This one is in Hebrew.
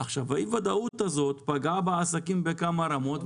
האי-ודאות הזאת פגעה בעסקים בכמה רמות,